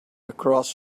across